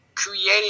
Creating